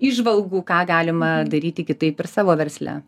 įžvalgų ką galima daryti kitaip ir savo versle